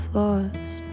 lost